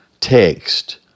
text